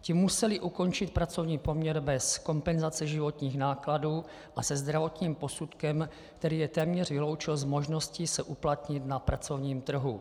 Ti museli ukončit pracovní poměr bez kompenzace životních nákladů a se zdravotním posudkem, který je téměř vyloučil z možnosti se uplatnit na pracovním trhu.